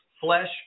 flesh